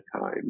time